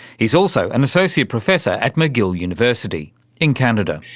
he's also an associate professor at mcgill university in canada.